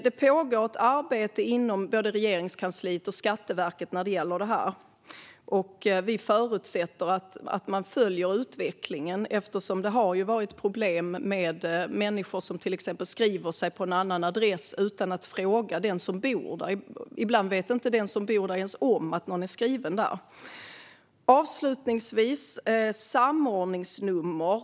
Det pågår ett arbete inom både Regeringskansliet och Skatteverket när det gäller det här. Vi förutsätter att man följer utvecklingen, eftersom det har varit problem med människor som till exempel skriver sig på en annan adress utan att fråga den som bor där. Ibland vet den som bor där inte ens om att någon är skriven där. Avslutningsvis vill jag ta upp frågan om samordningsnummer.